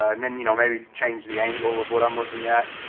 and then you know maybe change the angle of what i'm looking at.